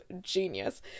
genius